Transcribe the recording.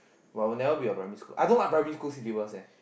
but I'll never be a primary school I don't like primary school syllabus